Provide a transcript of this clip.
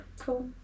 Cool